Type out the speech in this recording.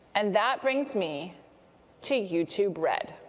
and that brings me to youtube red.